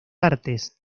artes